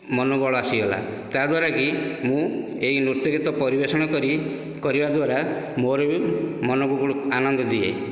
ମନୋବଳ ଆସିଗଲା ତା ଦ୍ୱାରାକି ମୁଁ ଏହି ନୃତ୍ୟଗୀତ ପରିବେଷଣ କରି କରିବା ଦ୍ୱାରା ମୋର ବି ମନକୁ ଆନନ୍ଦ ଦିଏ